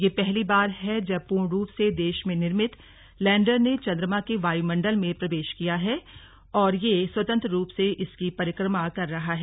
यह पहली बार है जब पूर्णरूप से देश में निर्मित लैंडर ने चंद्रमा के वायुमंडल में प्रवेश किया है और यह स्वतंत्र रूप से इसकी परिक्रमा कर रहा है